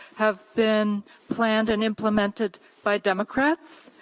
have been planned and implemented by democrats,